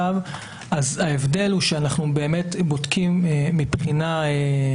אנחנו אחראים על אבטחת